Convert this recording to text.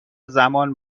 زمان